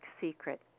secret